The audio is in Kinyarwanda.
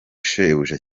shebuja